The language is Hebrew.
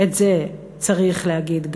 גם את זה צריך להגיד,